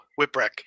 Whipwreck